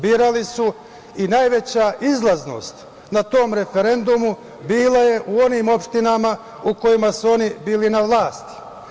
Birali su i najveća izlaznost na tom referendumu bila je u onim opštinama u kojima su oni bili na vlasti.